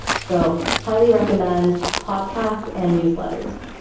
so highly recommend podcasts and newsletters.